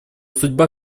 судьба